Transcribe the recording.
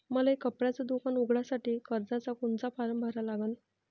मले कपड्याच दुकान उघडासाठी कर्जाचा कोनचा फारम भरा लागन?